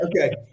okay